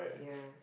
yeah